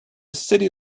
city